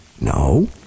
No